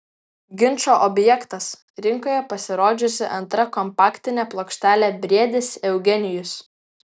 ginčo objektas rinkoje pasirodžiusi antra kompaktinė plokštelė briedis eugenijus